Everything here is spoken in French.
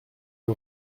est